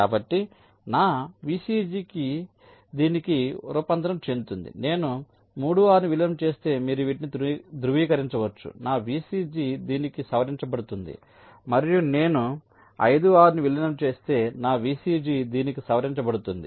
కాబట్టి నా VCG దీనికి రూపాంతరం చెందుతుంది నేను 3 6 ను విలీనం చేస్తే మీరు వీటిని ధృవీకరించవచ్చు నా VCG దీనికి సవరించబడుతుంది మరియు నేను 5 6 ను విలీనం చేస్తే నా VCG దీనికి సవరించబడుతుంది